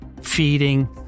feeding